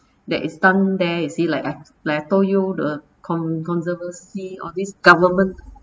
that is done there you say like told you the con~ controversy of these government